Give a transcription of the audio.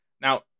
Now